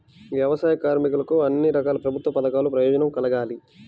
వ్యవసాయ కార్మికులకు అన్ని రకాల ప్రభుత్వ పథకాల ప్రయోజనం కలగాలి